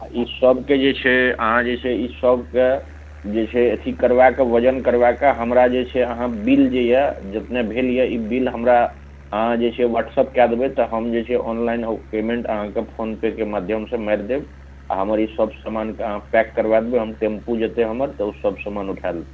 आओर ई सबके जे छै अहाँ जे छै ई सबके जे छै अथी करबैके ओजन करबैके हमरा जे छै अहाँ बिल जे यऽ जतने भेल यऽ ई बिल हमरा अहाँ जे छै व्हाट्सएप कै देबै तऽ हम जे छै ऑनलाइन ओ पेमेन्ट अहाँकेँ फोन पेके माध्यमसे मारि देब आओर हमर ईसब समानकेँ अहाँ पैक करबै देबै हम टेम्पू जएतै हमर तऽ ओ सब समान उठै लेतै